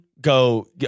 go